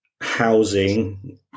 housing